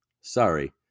Sorry